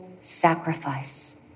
sacrifice